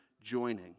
joining